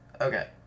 Okay